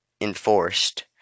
enforced